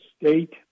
State